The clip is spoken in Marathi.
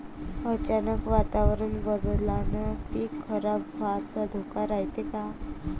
अचानक वातावरण बदलल्यानं पीक खराब व्हाचा धोका रायते का?